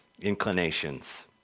inclinations